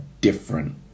different